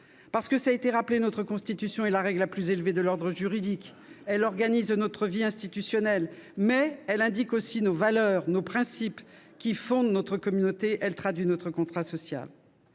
Cela a été rappelé, notre Constitution est la règle la plus élevée de l'ordre juridique, elle organise notre vie institutionnelle, mais elle définit aussi les valeurs et principes qui fondent la communauté politique ; elle traduit notre contrat social.